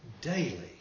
daily